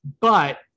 But-